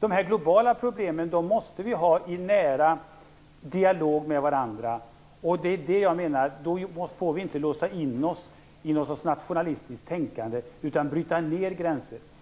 De globala problemen måste vi lösa i nära dialog med varandra. Då får vi inte låsa in oss i någon sorts nationalistiskt tänkande, utan vi måste bryta ned gränser.